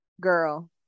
Girl